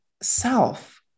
self